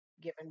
given